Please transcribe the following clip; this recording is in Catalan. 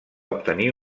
obtenir